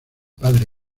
padre